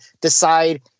decide